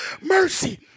mercy